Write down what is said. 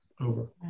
Over